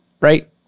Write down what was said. right